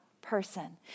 person